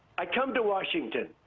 i come to washington.